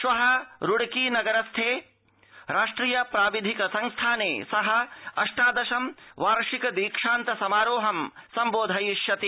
श्व रुड़की नगर स्थे राष्ट्रिय प्राविधिक संस्थाने सअष्टादशं वार्षिक दीक्षान्त समारोहं सम्बोधयिष्यति